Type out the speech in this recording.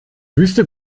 wüste